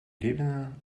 левина